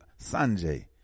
Sanjay